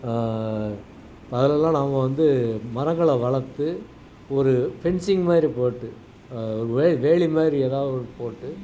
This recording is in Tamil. அதெலலாம் நாம வந்து மரங்களை வளர்த்து ஒரு ஃபென்சிங் மாதிரி போட்டு வே வேலி மாதிரி எதாவது ஒன்று போட்டு